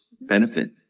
benefit